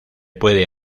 puede